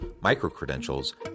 micro-credentials